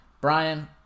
Brian